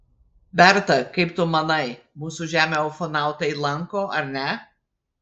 berta kaip tu manai mūsų žemę ufonautai lanko ar ne